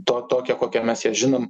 to tokią kokią mes ją žinom